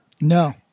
No